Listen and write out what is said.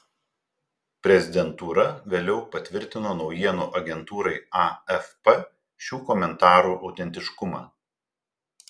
prezidentūra vėliau patvirtino naujienų agentūrai afp šių komentarų autentiškumą